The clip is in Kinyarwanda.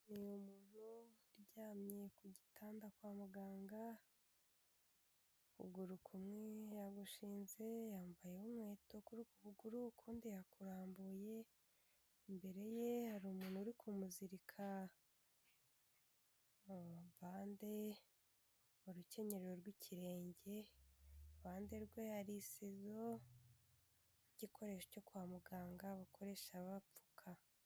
Ni umuntu uryamye ku gitanda kwa muganga, ukuguru kumwe yagushinze yambaye n'inkweto kuri uku kuguru ukundi yakurambuye, imbere ye hari umuntu uri kumuzirika mu mpande mu rukenyerero rw'ikirenge, iruhande rwe hari isizo, igikoresho cyo kwa muganga bakoresha bapfuka.